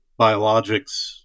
biologics